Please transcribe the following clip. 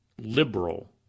liberal